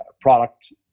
product